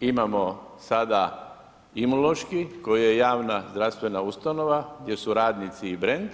Imamo sada Imunološki koji je javna zdravstvena ustanova, gdje su radnici i brend